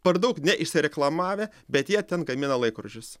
per daug neišsireklamavę bet jie ten gamina laikrodžius